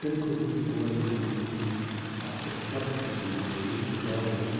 تَمہِ خٲطرٕ چھُ گورمیٚنٛٹ وُنٛکیٚس اکھ سَبسِڈی دِوان کہِ لوٗکھ چھِ گاوٕ اَنان